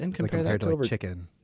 and compared to chicken?